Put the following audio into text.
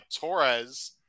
Torres